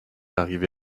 arrivé